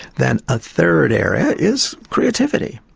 then a third area is creativity,